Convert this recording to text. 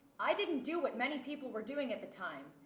i didn't do what many people were doing at the time,